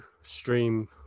stream